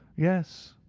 yes,